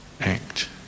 act